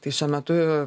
tai šiuo metu